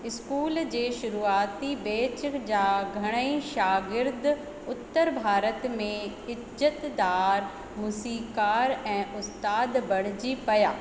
school जे शुरुआती batch जा घणई शागिर्द उत्तर भारत में इज़तदारु मूसीक़ार ऐं उस्तादु बणजी पिया